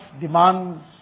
demands